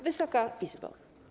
Wysoka Izbo!